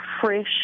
fresh